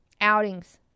outings